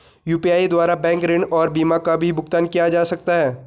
UPI द्वारा bank ऋण और बीमा का भी भुगतान किया जा सकता है?